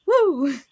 woo